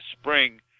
spring